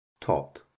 tot